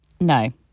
No